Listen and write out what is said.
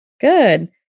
Good